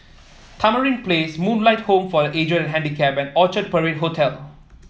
Tamarind Place Moonlight Home for The Aged and Handicapped and Orchard Parade Hotel